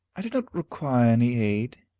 i do not require any aid,